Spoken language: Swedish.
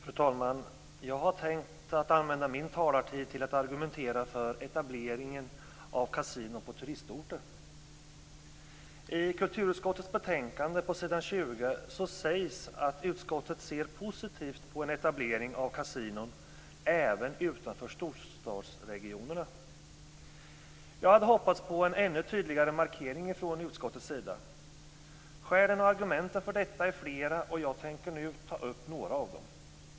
Fru talman! Jag har tänkt använda min talartid till att argumentera för etableringen av kasinon på turistorter. I kulturutskottets betänkande på s. 20 sägs att utskottet ser positivt på en etablering av kasinon även utanför storstadsregionerna. Jag hade hoppats på en ännu tydligare markering från utskottets sida. Skälen och argumenten för detta är flera, och jag tänker nu ta upp några av dem.